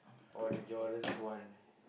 or the Jordan's one